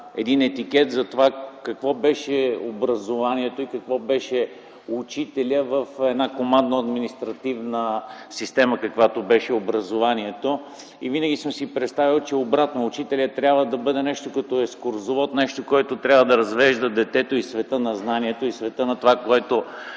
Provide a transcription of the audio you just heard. един етикет за това какво беше образованието и какво беше учителят в една хуманна, административна система, каквато беше образованието. Винаги съм си представял, че е обратно – учителят трябва да бъде нещо като екскурзовод, нещо, което трябва да развежда детето из света на знанието, из света на това, което